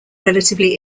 relatively